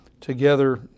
together